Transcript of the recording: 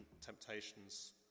temptations